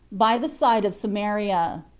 by the side of samaria.